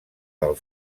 del